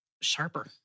sharper